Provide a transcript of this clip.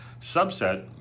subset